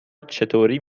چطوری